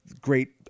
great